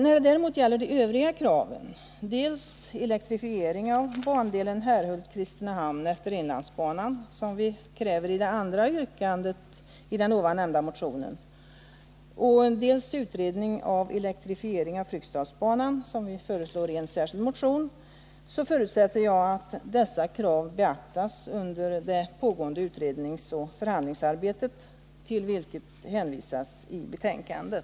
När det däremot gäller de övriga kraven — dels elektrifiering av bandelen Herrhult-Kristinehamn utefter inlandsbanan, som vi kräver i det andra yrkandet i den nämnda motionen, dels utredning av frågan om elektrifiering av Fryksdalsbanan, som vi föreslår i en särskild motion, förutsätter jag att de beaktas under det pågående utredningsoch förhandlingsarbetet, till vilket hänvisas i betänkandet.